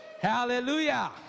Hallelujah